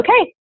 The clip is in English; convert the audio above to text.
okay